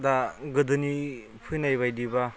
दा गोदोनि फैनायबायदिब्ला